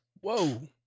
Whoa